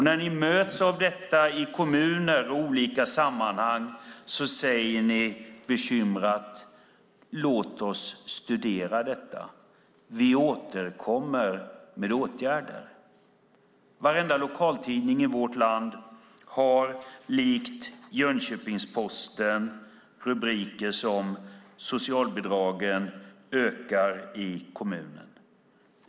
När ni möts av detta i kommuner och i olika sammanhang säger ni bekymrat: Låt oss studera detta. Vi återkommer med åtgärder. Varenda lokaltidning i vårt land har, likt Jönköpingsposten, rubriker som: Socialbidragen ökar i kommunen.